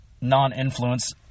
non-influence